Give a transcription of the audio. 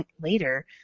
later